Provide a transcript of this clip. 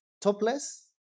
topless